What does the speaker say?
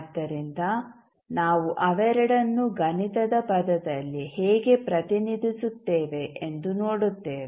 ಆದ್ದರಿಂದ ನಾವು ಅವೆರಡನ್ನೂ ಗಣಿತದ ಪದದಲ್ಲಿ ಹೇಗೆ ಪ್ರತಿನಿಧಿಸುತ್ತೇವೆ ಎಂದು ನೋಡುತ್ತೇವೆ